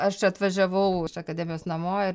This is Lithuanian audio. aš atvažiavau iš akademijos namo ir